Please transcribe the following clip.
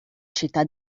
città